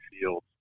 Fields